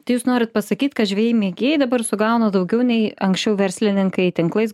tai jūs norite pasakyt kad žvejai mėgėjai dabar sugauna daugiau nei anksčiau verslininkai tinklais